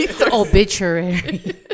obituary